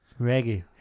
reggae